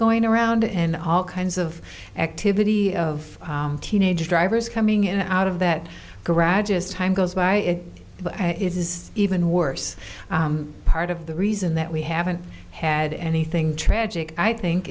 going around and all kinds of activity of teenage drivers coming in and out of that garage is time goes by it is even worse part of the reason that we haven't had anything tragic i think